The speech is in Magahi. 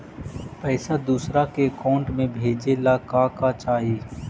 पैसा दूसरा के अकाउंट में भेजे ला का का चाही?